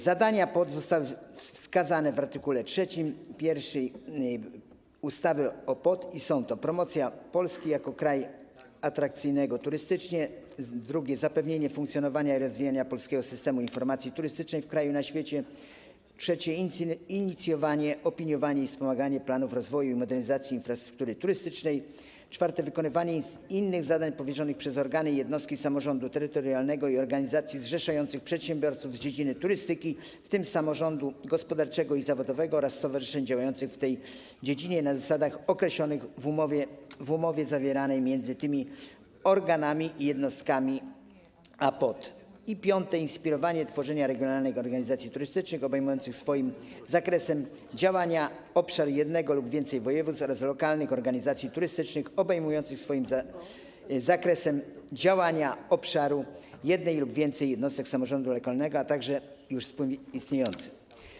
Zadania POT zostały wskazane w art. 3 pierwszej ustawy o POT i są to: promocja Polski jako kraju atrakcyjnego turystycznie, drugie - zapewnienie funkcjonowania i rozwijania Polskiego Systemu Informacji Turystycznej w kraju i na świecie, trzecie - inicjowanie, opiniowanie i wspomaganie planów rozwoju i modernizacji infrastruktury turystycznej, czwarte - wykonywanie innych zadań powierzonych przez organy i jednostki samorządu terytorialnego i organizacji zrzeszających przedsiębiorców z dziedziny turystyki, w tym samorządu gospodarczego i zawodowego oraz stowarzyszeń działających w tej dziedzinie na zasadach określonych w umowie zawieranej między tymi organami i jednostkami a POT, i piąte - inspirowanie tworzenia regionalnych organizacji turystycznych obejmujących swoim zakresem działania obszar jednego lub więcej województw oraz lokalnych organizacji turystycznych obejmujących swoim zakresem działania obszar jednej lub więcej jednostek samorządu lokalnego, a także już współistniejących.